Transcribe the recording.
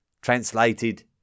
Translated